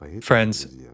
friends